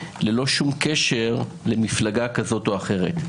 ללא שום קשר למפלגה כזאת או אחרת.